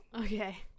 Okay